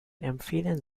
empfehlen